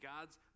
God's